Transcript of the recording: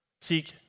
seek